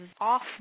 off